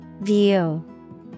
View